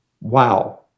wow